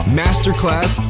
masterclass